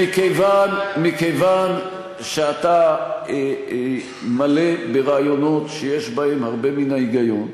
שמכיוון שאתה מלא ברעיונות שיש בהם הרבה מן ההיגיון,